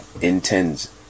intends